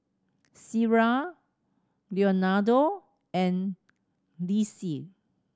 Sierra Leonardo and Lisle